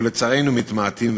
או לצערנו מתמעטות והולכות.